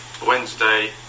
Wednesday